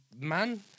man